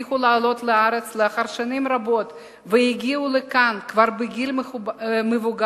הצליחו לעלות לארץ לאחר שנים רבות והגיעו לכאן כבר בגיל מבוגר.